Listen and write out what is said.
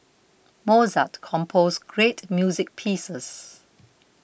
Mozart composed great music pieces